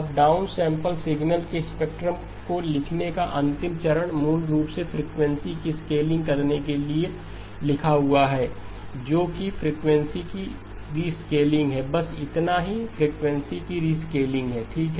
अब down sample signal के spectrum को लिखने का अंतिम चरण मूल रूप से फ्रीक्वेंसी की स्केलिंग करने के लिए लिखा हुआ है जो कि फ्रीक्वेंसी की रिस्केलिंग है बस इतना ही फ्रीक्वेंसी की रिस्केलिंग है ठीक